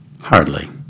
Hardly